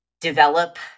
develop